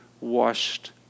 washed